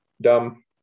dumb